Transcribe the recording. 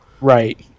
Right